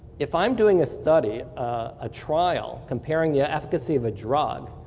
if i'm doing a study, a trial comparing the ah efficacy of a drug,